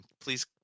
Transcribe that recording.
Please